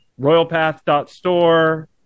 royalpath.store